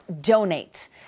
Donate